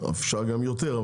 אפשר גם יותר,